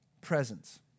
presence